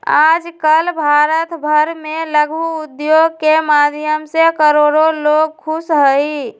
आजकल भारत भर में लघु उद्योग के माध्यम से करोडो लोग खुश हई